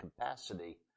capacity